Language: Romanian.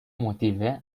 motive